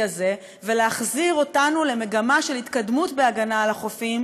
הזה ולהחזיר אותנו למגמה של התקדמות בהגנה על החופים,